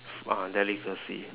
uh delicacy